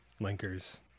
Linker's